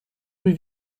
rue